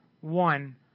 one